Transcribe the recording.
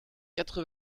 quatre